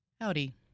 Howdy